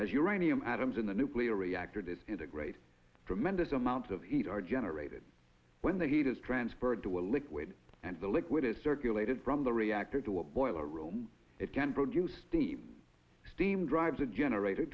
as uranium atoms in the nuclear reactor disintegrate tremendous amount of heat are generated when the heat is transferred to a liquid and the liquid is circulated from the reactor to a boiler room it can produce steam steam drives a generator